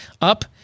up